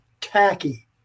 tacky